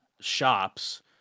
shops